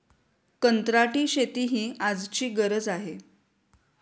कंत्राटी शेती ही आजची गरज आहे